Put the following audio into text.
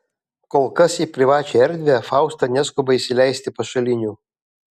kol kas į privačią erdvę fausta neskuba įsileisti pašalinių